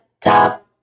top